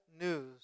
news